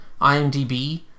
IMDb